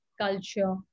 culture